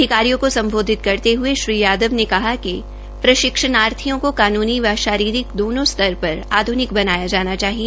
अधिकारियों को संबोधित करते हए श्री यादव ने कहा कि प्रशिक्षणार्थियों को काननी व शारीरिक दोनों स्तर पर आध्निक बनाया जाना चाहिए